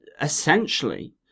essentially